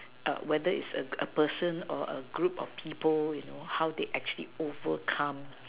whether is a a person or a group of people you know how they actually overcome